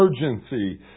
urgency